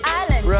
island